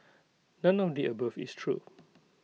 none of the above is true